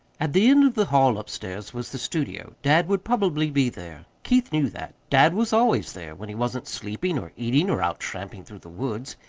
at the end of the hall upstairs was the studio. dad would probably be there. keith knew that. dad was always there, when he wasn't sleeping or eating, or out tramping through the woods.